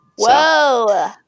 Whoa